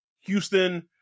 Houston